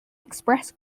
express